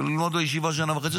וללמוד בישיבה שנה וחצי,